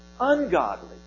ungodly